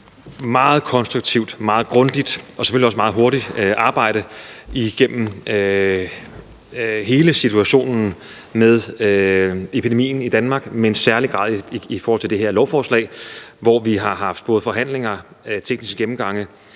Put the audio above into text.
meget konstruktivt, meget grundigt og selvfølgelig også meget hurtigt arbejde igennem hele situationen med epidemien i Danmark, men i særlig grad i forhold til det her lovforslag, hvor vi har haft både forhandlinger, tekniske gennemgange,